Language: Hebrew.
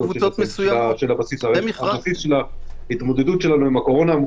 של ההתמודדות שלנו עם הקורונה.